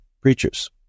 preachers